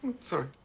Sorry